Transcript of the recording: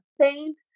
paint